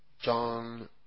John